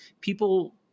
people